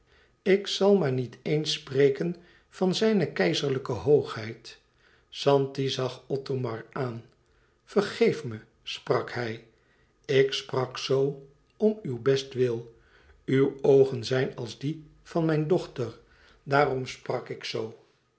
en zal maar niet eens spreken van zijne keizerlijke hoogheid zanti zag othomar aan vergeef me sprak hij ik sprak zoo om uw bestwil uw oogen zijn als die van mijn dochter daarom sprak ik zoo